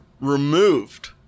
removed